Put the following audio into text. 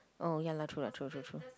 oh ya lah true lah true true true